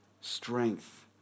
strength